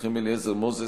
מנחם אליעזר מוזס,